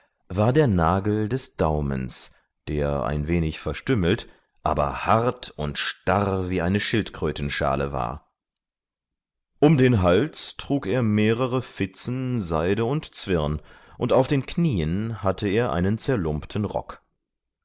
war der nagel des daumens der ein wenig verstümmelt aber hart und starr wie eine schildkrötenschale war um den hals trug er mehrere fitzen seide und zwirn und auf den knien hatte er einen zerlumpten rock